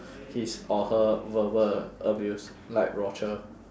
his or her verbal abuse like